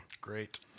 Great